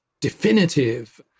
definitive